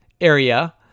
area